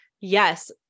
yes